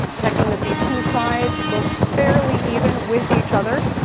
checking that the two sides looked fairly even with each other.